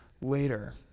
later